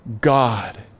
God